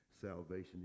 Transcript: salvation